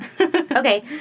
Okay